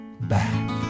back